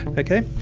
okay?